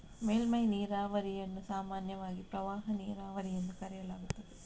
ಮೇಲ್ಮೈ ನೀರಾವರಿಯನ್ನು ಸಾಮಾನ್ಯವಾಗಿ ಪ್ರವಾಹ ನೀರಾವರಿ ಎಂದು ಕರೆಯಲಾಗುತ್ತದೆ